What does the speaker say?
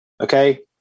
Okay